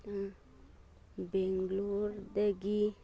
ꯕꯦꯡꯒ꯭ꯂꯣꯔꯗꯒꯤ